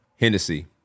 Hennessy